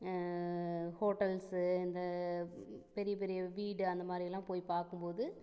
hotel இந்த பெரிய பெரிய வீடு அந்த மாதிரி எல்லாம் போய் பார்க்கும் போது